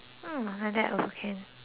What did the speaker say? Okay okay